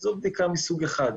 וזו בדיקה מסוג אחד.